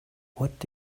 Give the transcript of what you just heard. would